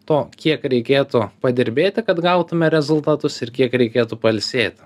to kiek reikėtų padirbėti kad gautume rezultatus ir kiek reikėtų pailsėti